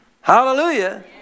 Hallelujah